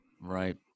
Right